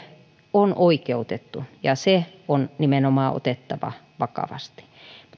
on oikeutettu ja se on nimenomaan otettava vakavasti